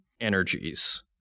energies